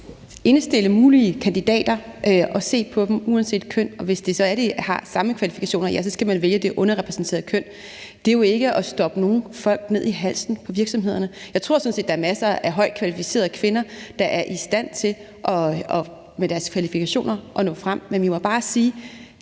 indstille mulige kandidater og se på dem uanset køn, og hvis det så er sådan, at de har samme kvalifikationer, så skal man vælge det underrepræsenterede køn. Det er jo ikke at stoppe noget ned i halsen på virksomhederne. Jeg tror sådan set, at der er masser af højt kvalificerede kvinder, der er i stand til med deres